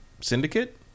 Syndicate